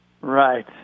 Right